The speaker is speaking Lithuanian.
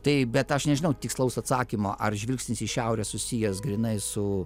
tai bet aš nežinau tikslaus atsakymo ar žvilgsnis į šiaurę susijęs grynai su